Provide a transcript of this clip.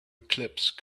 eclipse